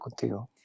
contigo